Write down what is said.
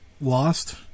lost